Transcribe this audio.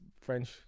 French